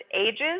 ages